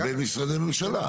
זה בין משרדי הממשלה.